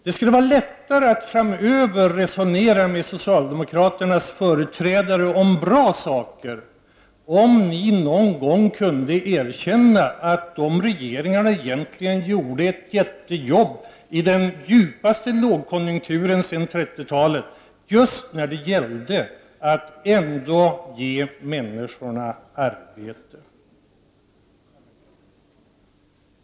Det skulle vara lättare att framöver resonera med socialdemokraternas företrädare om bra saker, om ni någon gång kunde erkänna att de borgerliga regeringarna egentligen gjorde ett jättejobb i den djupaste lågkonjunkturen sedan 1930-talet just för att ge människor arbete.